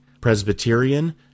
Presbyterian